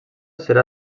serà